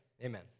Amen